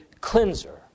cleanser